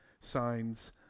signs